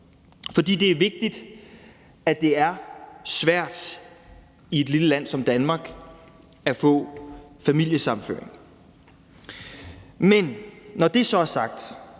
For det er vigtigt, at det i et lille land som Danmark er svært at få familiesammenføring. Men når det så er sagt,